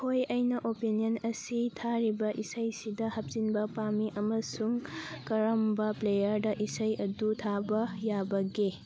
ꯍꯣꯏ ꯑꯩꯅ ꯑꯣꯄꯤꯅꯤꯌꯟ ꯑꯁꯤ ꯊꯥꯔꯤꯕ ꯏꯁꯩꯁꯤꯗ ꯍꯥꯞꯆꯤꯟꯕ ꯄꯥꯝꯃꯤ ꯑꯃꯁꯨꯡ ꯀꯔꯝꯕ ꯄ꯭ꯂꯦꯌꯥꯔꯗ ꯏꯁꯩ ꯑꯗꯨ ꯊꯥꯕ ꯌꯥꯕꯒꯦ